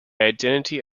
identity